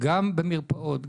גם במרפאות,